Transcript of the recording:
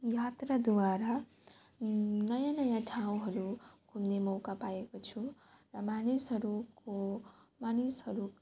यात्राद्वारा नयाँ नयाँ ठाउँहरू घुम्ने मौका पाएको छु र मानिसहरूको मानिसहरू